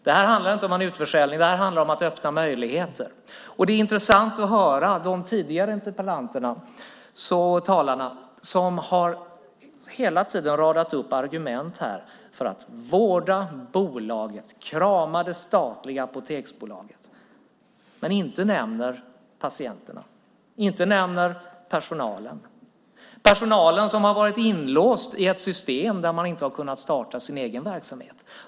Det handlar inte om utförsäljning utan om att öppna möjligheter. Det var intressant att höra de tidigare talarna. De har hela tiden radat upp argument här för att vårda bolaget och att krama det statliga Apoteksbolaget. Men de nämner inte patienterna och personalen. Personalen har varit inlåst i ett system där man inte har kunnat starta sin egen verksamhet.